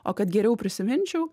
o kad geriau prisiminčiau